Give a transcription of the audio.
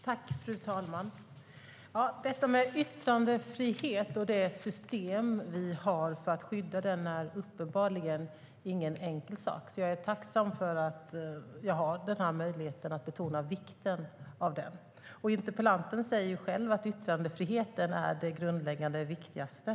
Fru talman! Detta med yttrandefrihet och det system som vi har för att skydda den är uppenbarligen ingen enkel sak, så jag är tacksam för att jag har den här möjligheten att betona vikten av den. Interpellanten säger själv att yttrandefriheten är det grundläggande och viktigaste.